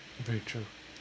very true